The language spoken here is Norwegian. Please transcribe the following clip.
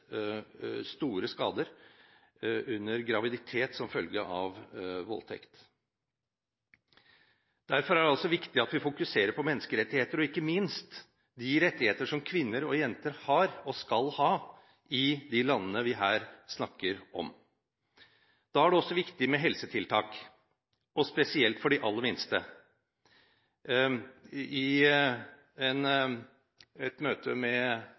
skader under graviditet som følge av voldtekt. Derfor er det viktig at vi fokuserer på menneskerettigheter, og ikke minst på de rettigheter som kvinner og jenter har – og skal ha – i de landene vi her snakker om. Det er også viktig med helsetiltak, spesielt for de aller minste. I et møte med